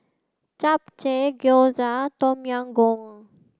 Japchae Gyoza Tom Yam Goong